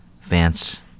Vance